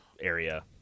area